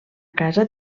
casa